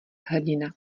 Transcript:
hrdina